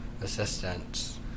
assistance